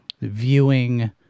viewing